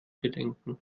bedenken